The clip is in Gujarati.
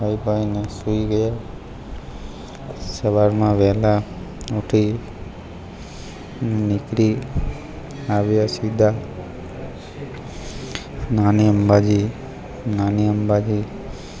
ફરી આવીને સૂઈ ગયા સવારમાં વહેલા ઉઠી નીકળી આવ્યા સીધા નાની અંબાજી નાની અંબાજી